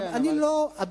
אתה